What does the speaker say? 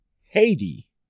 Haiti